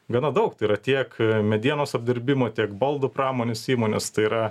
gana daug tai yra tiek medienos apdirbimo tiek baldų pramonės įmonės tai yra